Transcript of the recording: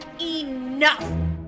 Enough